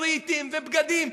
רהיטים ובגדים.